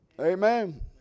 Amen